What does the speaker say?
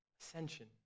ascension